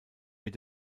mit